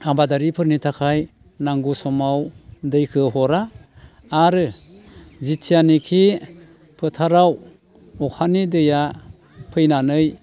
आबादारिफोरनि थाखाय नांगौ समाव दैखौ हरा आरो जिथियानिखि फोथाराव अखानि दैया फैनानै